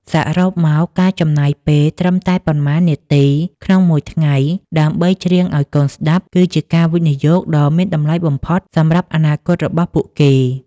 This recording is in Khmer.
សរុបមក ការចំណាយពេលត្រឹមតែប៉ុន្មាននាទីក្នុងមួយថ្ងៃដើម្បីច្រៀងឱ្យកូនស្តាប់ គឺជាការវិនិយោគដ៏មានតម្លៃបំផុតសម្រាប់អនាគតរបស់ពួកគេ។